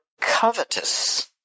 covetous